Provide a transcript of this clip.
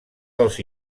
dels